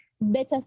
better